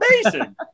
amazing